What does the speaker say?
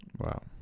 wow